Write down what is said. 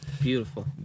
beautiful